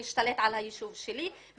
להשתלט על היישוב שלי,